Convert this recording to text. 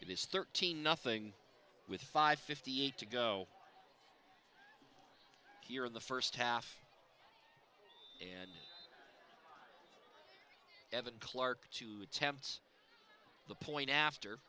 is thirteen nothing with five fifty eight to go here in the first half and evan clark two attempts the point after